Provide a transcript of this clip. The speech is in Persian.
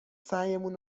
سعیمون